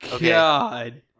God